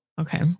Okay